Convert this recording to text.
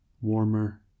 Warmer